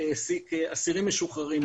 שהעסיק אסירים משוחררים,